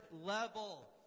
level